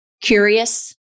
curious